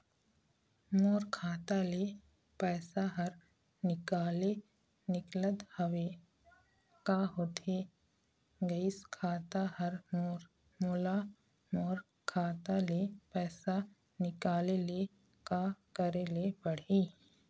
मोर खाता ले पैसा हर निकाले निकलत हवे, का होथे गइस खाता हर मोर, मोला मोर खाता ले पैसा निकाले ले का करे ले पड़ही?